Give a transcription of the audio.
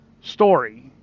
story